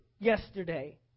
yesterday